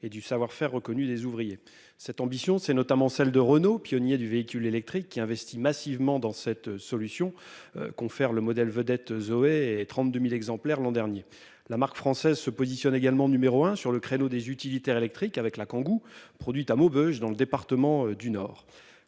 et du savoir-faire reconnu des ouvriers cette ambition c'est notamment celle de Renault. Pionnier du véhicule électrique qui investit massivement dans cette solution. Confère le modèle vedette Zoé et 32.000 exemplaires l'an dernier, la marque française, se positionne également numéro un sur le créneau des utilitaires électriques avec la Kangoo produite à Maubeuge, dans le département du Nord.